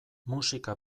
musika